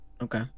Okay